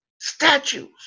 statues